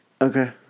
Okay